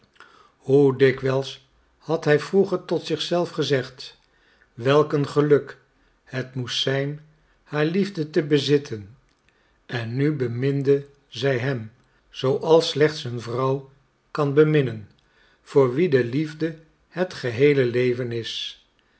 hoe dikwijls had hij vroeger tot zich zelf gezegd welk een geluk het moest zijn haar liefde te bezitten en nu beminde zij hem zooals slechts een vrouw kan beminnen voor wie de liefde het geheele leven is